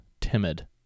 timid